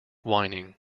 whining